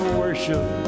worship